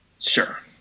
Sure